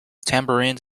tambourines